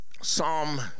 Psalm